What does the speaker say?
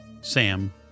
sam